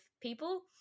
people